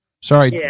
Sorry